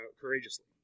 courageously